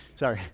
sorry.